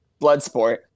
Bloodsport